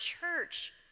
church